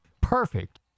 perfect